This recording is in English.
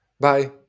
Bye